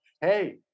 hey